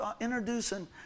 introducing